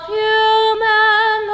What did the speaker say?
human